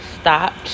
Stopped